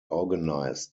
organise